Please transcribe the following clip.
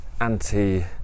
anti